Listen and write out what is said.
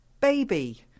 baby